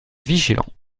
vigilants